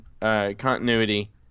continuity